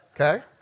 okay